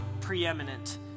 preeminent